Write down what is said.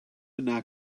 yna